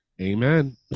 amen